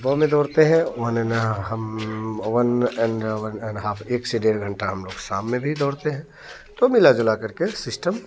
सुबह में दौड़ते हैं माने ना हम वन एंड हाफ़ एक से डेढ़ घंटा हम लोग शाम में भी दौड़ते हैं तो मिला जुला कर के सिस्टम